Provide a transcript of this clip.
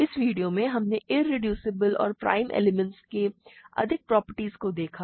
इस वीडियो में हमने इरेड्यूसिबल और प्राइम एलिमेंट्स के अधिक प्रॉपर्टीज को देखा